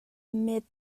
met